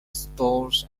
stores